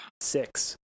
six